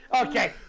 Okay